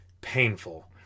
painful